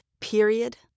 Period